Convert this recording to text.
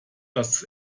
das